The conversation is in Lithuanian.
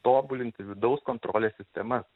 tobulinti vidaus kontrolės sistemas